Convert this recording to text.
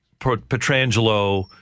Petrangelo